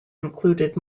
included